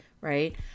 right